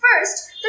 First